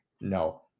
No